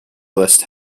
list